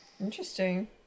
Interesting